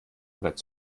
brett